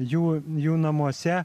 jų jų namuose